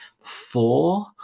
four